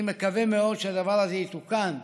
אני מקווה מאוד שהדבר הזה יתוקן.